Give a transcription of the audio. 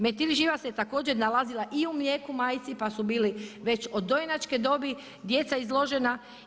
Metil živa se također nalazila i u mlijeku majke pa su bili već od dojenačke dobi djeca izložena.